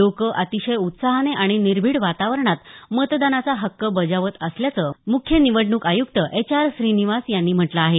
लोक अतिशय उत्साहाने आणि निर्भिड वातावरणात मतदानाचा हक्क बजावत असल्याचं मुख्य निवडणूक आयुक्त एच आर श्रीनिवास यांनी म्हटलं आहे